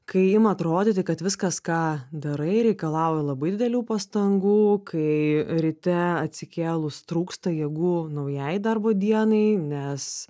kai ima atrodyti kad viskas ką darai reikalauja labai didelių pastangų kai ryte atsikėlus trūksta jėgų naujai darbo dienai nes